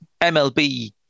MLB